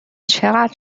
چقدر